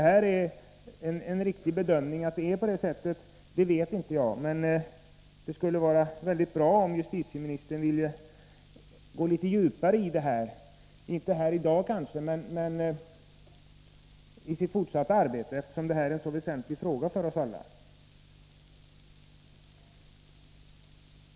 Jag vet inte om detta är en riktig bedömning, men det skulle vara mycket bra om justitieministern ville gå litet djupare in i detta problem, kanske inte här i dag men i sitt fortsatta arbete, eftersom detta är en så väsentlig fråga för oss alla.